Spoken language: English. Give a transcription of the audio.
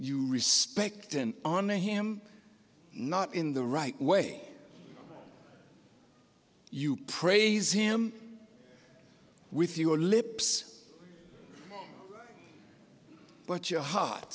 you respect and honor him not in the right way you praise him with your lips but your h